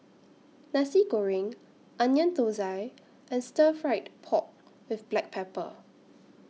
Nasi Goreng Onion Thosai and Stir Fried Pork with Black Pepper